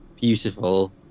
beautiful